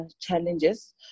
challenges